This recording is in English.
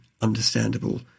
understandable